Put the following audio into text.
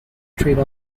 trade